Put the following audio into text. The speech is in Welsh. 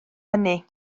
hynny